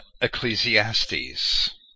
Ecclesiastes